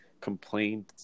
complained